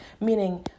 meaning